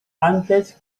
antes